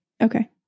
Okay